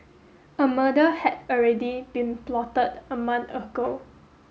a murder had already been plotted a month ago